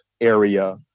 area